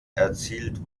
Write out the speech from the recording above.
erzielt